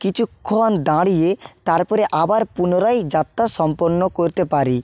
কিছুক্ষণ দাঁড়িয়ে তারপরে আবার পুনরায় যাত্রা সম্পন্ন করতে পারি